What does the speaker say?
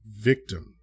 victim